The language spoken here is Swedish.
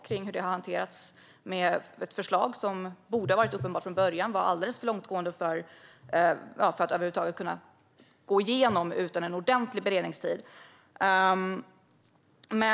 Det borde ha varit uppenbart från början att förslaget var alldeles för långtgående för att över huvud taget gå igenom utan en ordentlig beredningstid.